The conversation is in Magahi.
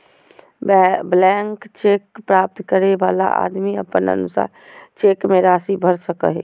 ब्लैंक चेक प्राप्त करे वाला आदमी अपन अनुसार चेक मे राशि भर सको हय